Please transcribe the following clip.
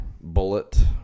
bullet